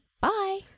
Bye